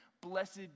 Blessed